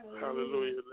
Hallelujah